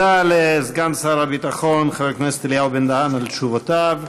תודה לסגן שר הביטחון חבר הכנסת אלי בן-דהן על תשובותיו.